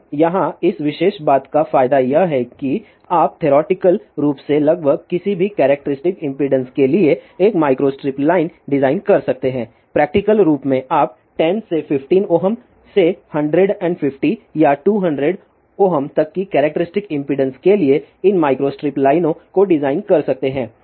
अब यहाँ इस विशेष बात का फायदा यह है कि आप थेओरोटिकल रूप से लगभग किसी भी कैरेक्टरिस्टिक इम्पीडेन्स के लिए एक माइक्रोस्ट्रिप लाइन डिजाइन कर सकते हैं प्रैक्टिकल रूप से आप 10 से 15 Ω से 150 या 200 Ω तक की कैरेक्टरिस्टिक इम्पीडेन्स के लिए इन माइक्रोस्ट्रिप लाइनों को डिज़ाइन कर सकते हैं